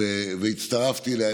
והצטרפתי אליה.